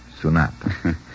Sonata